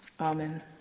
Amen